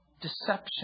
deception